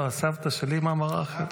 הסבתא שלי מאמא רחל,